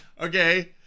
Okay